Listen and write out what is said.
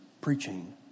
preaching